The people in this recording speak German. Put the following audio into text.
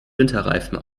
winterreifen